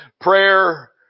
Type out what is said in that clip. prayer